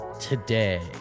today